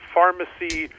Pharmacy